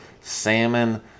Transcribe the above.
salmon